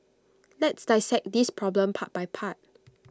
let's dissect this problem part by part